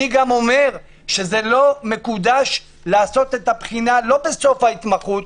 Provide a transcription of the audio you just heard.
אני גם אומר שזה לא מקודש לעשות את הבחינה בסוף ההתמחות,